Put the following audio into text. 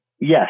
Yes